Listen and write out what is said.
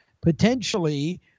potentially